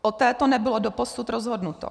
O této nebylo doposud rozhodnuto.